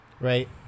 right